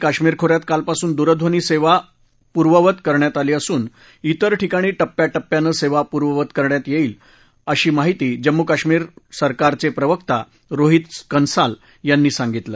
काश्मीर खो यात कालपासून दूरध्वनी सेवा व्यवस्था पूर्ववत करण्यात आली असून इतर ठिकाणी टप्प्या टप्प्यानं सेवा पूर्ववत करण्यात येईल अशी माहिती जम्मू काश्मिर सरकारचे प्रवका रोहित कंसाल यांनी सांगितलं